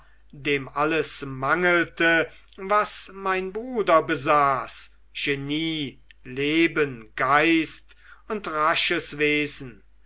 dem alles mangelte was mein bruder besaß genie leben geist und rasches wesen